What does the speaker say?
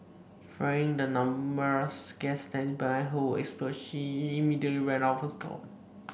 fearing the numerous gas tank behind her would explode she immediately ran out of her stall